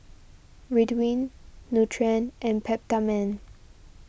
Ridwind Nutren and Peptamen